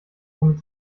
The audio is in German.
womit